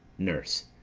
nurse.